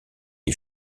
les